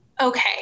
Okay